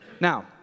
Now